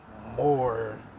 More